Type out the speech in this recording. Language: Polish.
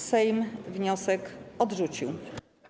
Sejm wniosek odrzucił.